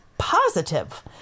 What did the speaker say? positive